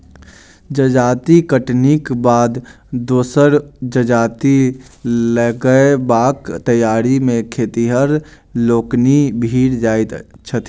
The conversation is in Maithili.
जजाति कटनीक बाद दोसर जजाति लगयबाक तैयारी मे खेतिहर लोकनि भिड़ जाइत छथि